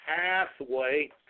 pathway